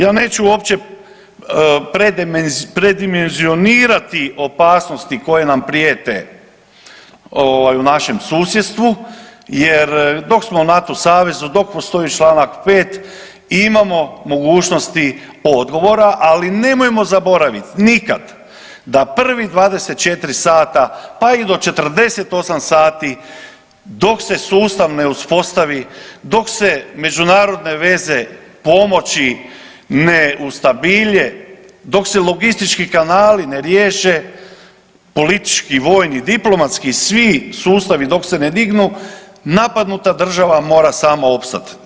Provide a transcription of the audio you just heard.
Ja neću uopće predimenzionirati opasnosti koje nam prijete ovaj u našem susjedstvu jer dok smo u NATO savezu dok postoji Članak 5. imamo mogućnosti odgovora, ali nemojmo zaboraviti nikad da prvih 24 sata, pa i do 48 sati dok se sustav ne uspostavi, dok se međunarodne veze pomoći ne ustabile, dok se logistički kanali ne riješi, politički, vojni, diplomatski svi sustavi dok se ne dignu napadnuta mora sama opstat.